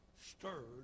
stirred